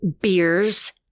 Beers